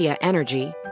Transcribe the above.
Energy